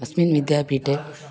अस्मिन् विद्यापीठे